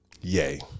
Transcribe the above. Yay